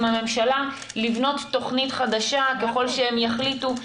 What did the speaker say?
הממשלה לבנות תוכנית חדשה ככל שהם יחליטו.